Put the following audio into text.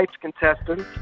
contestants